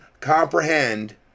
comprehend